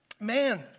Man